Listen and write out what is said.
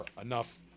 Enough